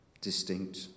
distinct